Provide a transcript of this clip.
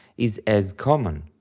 is as common.